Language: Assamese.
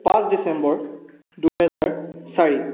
পাঁচ ডিচেম্বৰ দুহেজাৰ চাৰি